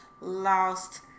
lost